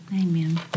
Amen